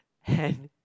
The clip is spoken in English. and